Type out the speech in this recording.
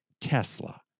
Tesla